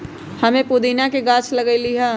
हम्मे पुदीना के गाछ लगईली है